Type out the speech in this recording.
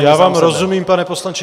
Já vám rozumím, pane poslanče.